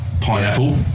pineapple